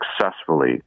successfully